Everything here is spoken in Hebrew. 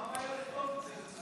מה הבעיה לכתוב את זה?